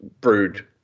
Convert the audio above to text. brewed